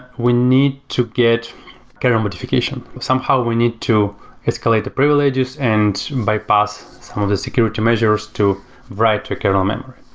we need to get kernel modification. somehow we need to escalate the privileges and by pass some of the security measures to write a kernel memory.